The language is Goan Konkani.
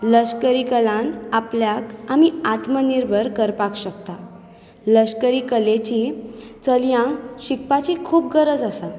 लश्करी कलान आपल्याक आमी आत्मनिर्बर करपाक शकता लश्करी कलेची चलयांक शिकपाची खूब गरज आसा